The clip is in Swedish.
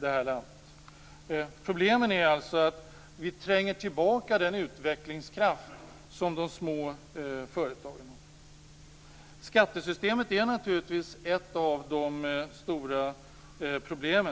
det här landet. Problemet är alltså att vi tränger tillbaka den utvecklingskraft som de små företagen har. Skattesystemet är naturligtvis ett av de stora problemen.